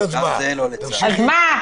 הצבעה הרוויזיה לא אושרה.